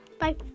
Bye